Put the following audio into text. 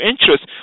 interest